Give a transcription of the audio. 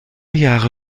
jahre